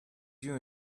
you